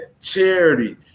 charity